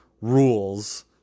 rules